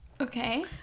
Okay